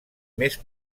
més